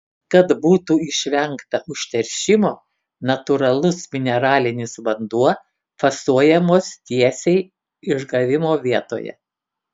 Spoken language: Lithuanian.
kad būtų išvengta užteršimo natūralus mineralinis vanduo fasuojamas tiesiai išgavimo vietoje